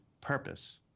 purpose